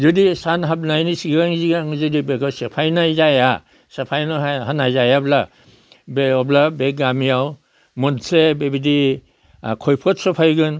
जुदि सान हाबनायनि सिगां सिगां जुदि बेखौ सेफायनाय जाया सेफायनो होननाय जायाब्ला बे अब्ला बे गामियाव मोनसे बेबायदि खैफोद सफायगोन